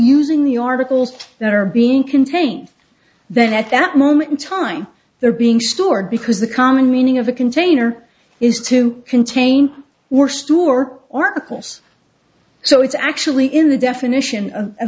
using the articles that are being contained then at that moment in time they're being stored because the common meaning of a container is to contain or store articles so it's actually in the definition